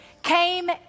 Came